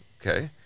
okay